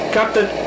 Captain